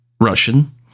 Russian